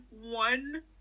one